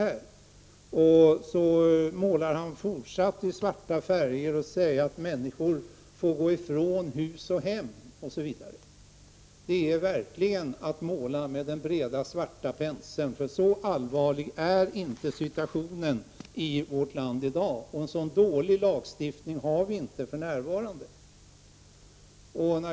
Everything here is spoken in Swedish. Bengt Harding Olson målar fortsatt i svarta färger, och han säger att människor får gå ifrån hus och hem osv. Det är verkligen att måla med den breda svarta penseln. Så allvarlig är i dag inte situationen i vårt land. Vi har inte för närvarande en så dålig lagstiftning.